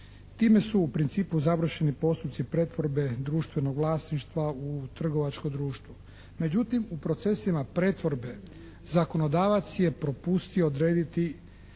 Time su u principu završeni postupci pretvorbe društvenog vlasništva u trgovačko društvo, međutim u procesima pretvorbe zakonodavac je propustio odrediti